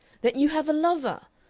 that you have a lover?